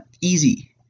easy